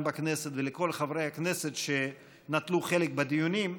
בכנסת ולכל חברי הכנסת שנטלו חלק בדיונים.